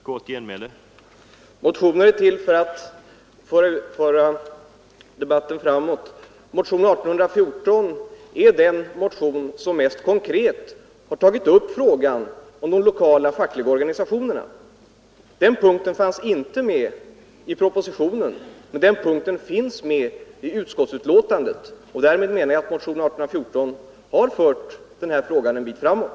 Herr talman! Motioner är till för att föra debatten framåt. Motionen 1814 är den motion som mest konkret har tagit upp frågan om de lokala fackliga organisationernas inflytande i detta sammanhang. Den punkten fanns inte med i propositionen, men den finns med i utskottets betänkande. Och därmed menar jag att motionen har fört denna fråga ett stycke framåt.